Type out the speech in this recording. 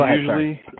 usually